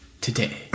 today